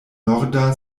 norda